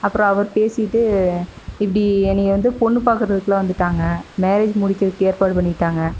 அப்புறம் அவர் பேசிவிட்டு இப்படி என்னை வந்து பெண்ணு பார்க்குறதுக்குலாம் வந்துவிட்டாங்க மேரேஜ் முடிக்கிறதுக்கு ஏற்பாடு பண்ணிவிட்டாங்க